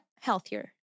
healthier